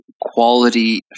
quality